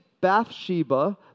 Bathsheba